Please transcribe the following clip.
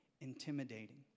intimidating